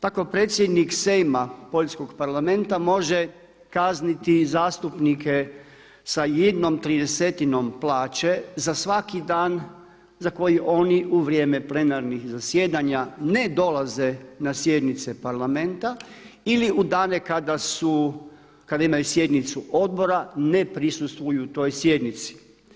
Tako je predsjednik Sejma poljskog Parlamenta može kazniti zastupnike sa jednom tridesetinom plaće za svaki dan za koje oni u vrijeme plenarnih zasjedanja ne dolaze na sjednice Parlamenta ili u dane kada imaju sjednice odbora ne prisustvuju toj sjednici.